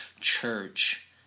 church